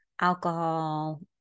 alcohol